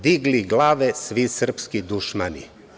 Digli glave svi srpski dušmani.